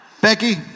Becky